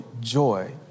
joy